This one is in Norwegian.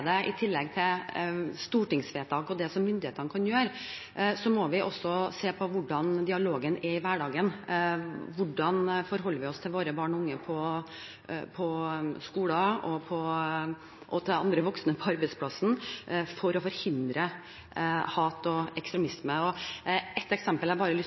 myndighetene kan gjøre, må vi se på hvordan dialogen er i hverdagen. Hvordan forholder vi oss til våre barn og unge på skoler, og til andre voksne på arbeidsplassen, for å forhindre hat og ekstremisme? Et eksempel jeg har lyst